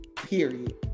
Period